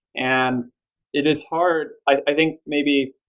and it is hard i think, maybe,